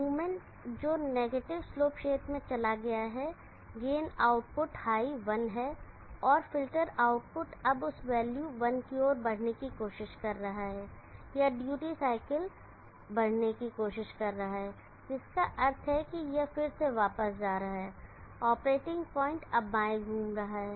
movement जो negative slope क्षेत्र में चला गया है गेन आउटपुट हाई 1है और फ़िल्टर आउटपुट अब उस वैल्यू 1 की ओर बढ़ने की कोशिश कर रहा है या ड्यूटी साइकिल बढ़ने की कोशिश कर रहा है जिसका अर्थ है कि यह फिर से वापस जा रहा है ऑपरेटिंग पॉइंट अब बाएं घूम रहा है